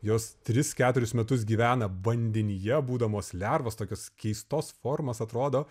jos tris keturis metus gyvena vandenyje būdamos lervos tokios keistos formos atrodo